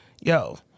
yo